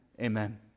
amen